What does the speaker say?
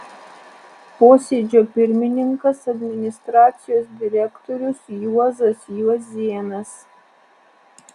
posėdžio pirmininkas administracijos direktorius juozas juozėnas